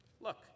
Look